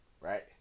Right